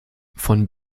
von